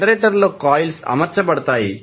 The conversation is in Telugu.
జనరేటర్ లో కాయిల్స్ అమర్చబడతాయి